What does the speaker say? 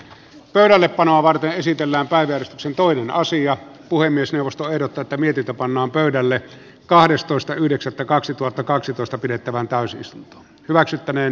pöydällepanoa varten esitellään kaiken sen toinen asia puhemiesneuvosto ehdottaatä mietitä pannaan pöydälle kahdestoista yhdeksättä kaksituhattakaksitoista pidettävään täysistunto hyväksyttäneen